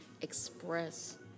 express